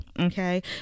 okay